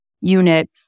unit